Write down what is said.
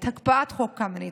הקפאת חוק קמיניץ.